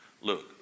look